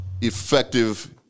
effective